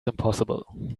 impossible